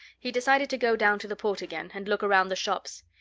he decided to go down to the port again and look around the shops.